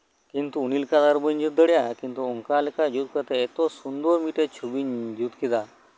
ᱠᱤᱱᱛᱩ ᱩᱱᱤ ᱞᱮᱠᱟ ᱛᱚ ᱟᱨ ᱵᱟᱹᱧ ᱡᱩᱛ ᱫᱟᱲᱮᱭᱟᱜᱼᱟ ᱚᱱᱠᱟᱞᱮᱠᱟ ᱡᱩᱛ ᱠᱟᱛᱮ ᱮᱛᱚ ᱥᱩᱱᱫᱚᱨ ᱢᱤᱫᱴᱮᱡ ᱪᱷᱚᱵᱤᱧ ᱡᱩᱛ ᱠᱮᱫᱟ